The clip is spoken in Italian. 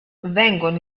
vengono